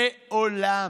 מעולם.